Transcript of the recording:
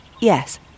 Yes